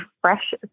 fresh